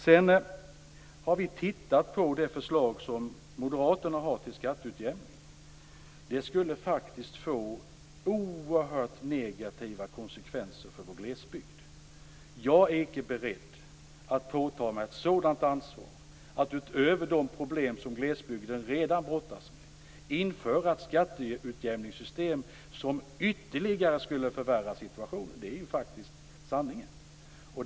Vi har tittat på Moderaternas förslag till skatteutjämning. Det skulle få oerhört negativa konsekvenser för vår glesbygd. Jag är icke beredd att påta mig ett sådant ansvar att utöver de problem som glesbygden redan brottas med införa ett skatteutjämningssystem som ytterligare skulle förvärra situationen. Det är sanningen.